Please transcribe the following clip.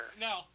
No